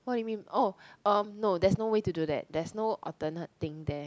what you mean oh um there's no way to do that there's no alternate thing there